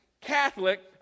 Catholic